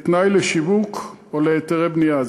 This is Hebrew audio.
כתנאי לשיווק או להיתרי בנייה.